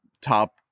top